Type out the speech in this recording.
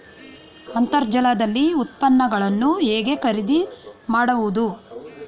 ಅಂತರ್ಜಾಲದಲ್ಲಿ ಉತ್ಪನ್ನಗಳನ್ನು ಹೇಗೆ ಖರೀದಿ ಮಾಡುವುದು?